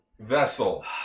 Vessel